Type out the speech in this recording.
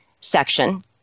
section